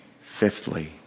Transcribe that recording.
Fifthly